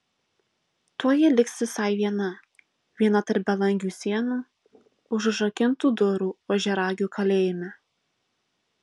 tuoj ji liks visai viena viena tarp belangių sienų už užrakintų durų ožiaragio kalėjime